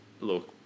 look